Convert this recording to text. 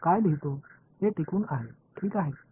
அவைகள் ஒன்றுக்கொன்று எதிரானவை